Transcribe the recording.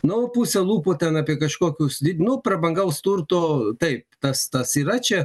nu puse lūpų ten apie kažkokius did nu prabangaus turto taip tas tas yra čia